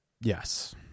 Yes